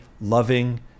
loving